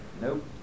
Nope